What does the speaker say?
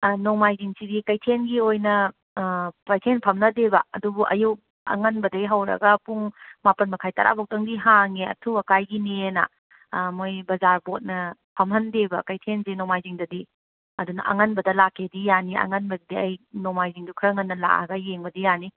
ꯅꯣꯡꯃꯥꯏꯖꯤꯡꯁꯤꯗꯤ ꯀꯩꯊꯦꯟꯒꯤ ꯑꯣꯏꯅ ꯀꯩꯊꯦꯟ ꯐꯝꯅꯗꯦꯕ ꯑꯗꯨꯕꯨ ꯑꯌꯨꯛ ꯑꯉꯟꯕꯗꯒꯤ ꯍꯧꯔꯒ ꯄꯨꯡ ꯃꯥꯄꯟ ꯃꯈꯥꯏ ꯇꯔꯥꯐꯧꯇꯪꯗꯤ ꯍꯥꯡꯉꯦ ꯑꯊꯨ ꯑꯀꯥꯏꯒꯤꯅꯦꯅ ꯃꯣꯏ ꯕꯖꯥꯔ ꯕꯣꯠꯅ ꯐꯝꯍꯟꯗꯦꯕ ꯀꯩꯊꯦꯟꯁꯦ ꯅꯣꯡꯃꯥꯏꯖꯤꯡꯗꯗꯤ ꯑꯗꯨꯅ ꯑꯉꯟꯕꯗ ꯂꯥꯛꯀꯦꯗꯤ ꯌꯥꯅꯤ ꯑꯉꯟꯕꯒꯤꯗꯤ ꯑꯩ ꯅꯣꯡꯃꯥꯏꯖꯤꯡꯗꯣ ꯈꯔ ꯉꯟꯅ ꯂꯥꯛꯑꯒ ꯌꯦꯡꯕꯗꯤ ꯌꯥꯅꯤ